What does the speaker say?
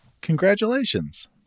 Congratulations